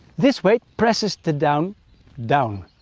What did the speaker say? this weight presses the down down.